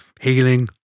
healing